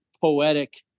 poetic